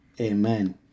Amen